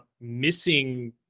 missing